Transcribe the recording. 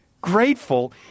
Grateful